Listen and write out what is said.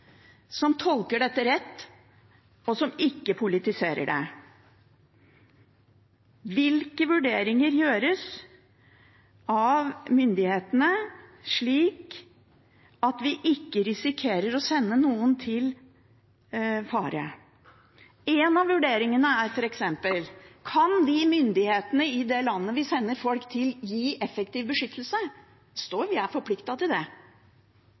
som tolker dette rett, og som ikke politiserer det. Hvilke vurderinger gjøres av myndighetene, slik at vi ikke risikerer å sende noen til fare? En av vurderingene er f.eks.: Kan myndighetene i det landet vi sender folk til, gi effektiv beskyttelse? Det står at vi er forpliktet til det.